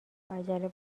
عجله